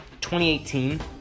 2018